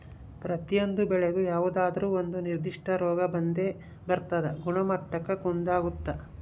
ಪ್ರತಿಯೊಂದು ಬೆಳೆಗೂ ಯಾವುದಾದ್ರೂ ಒಂದು ನಿರ್ಧಿಷ್ಟ ರೋಗ ಬಂದೇ ಬರ್ತದ ಗುಣಮಟ್ಟಕ್ಕ ಕುಂದಾಗುತ್ತ